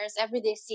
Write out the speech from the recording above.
everyday